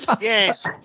Yes